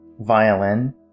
violin